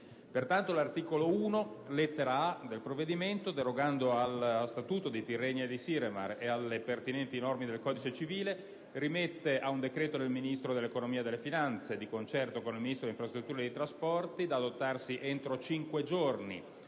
Pertanto, l'articolo 1, lettera *a)*, del provvedimento, derogando allo statuto di Tirrenia e Siremar, nonché alle pertinenti norme del codice civile, rimette ad un decreto del Ministro dell'economia e delle finanze, da adottarsi di concerto con il Ministro delle infrastrutture e dei trasporti entro cinque giorni